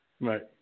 Right